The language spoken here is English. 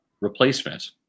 replacement